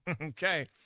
Okay